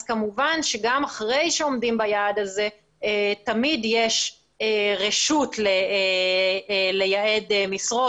כמובן שגם אחרי שעומדים ביעד הזה תמיד יש רשות לייעד משרות